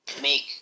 make